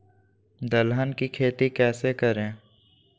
दलहन की खेती कैसे करें?